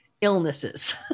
illnesses